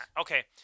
Okay